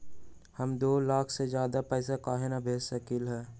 हम दो लाख से ज्यादा पैसा काहे न भेज सकली ह?